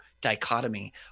dichotomy